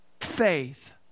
faith